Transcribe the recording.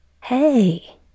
hey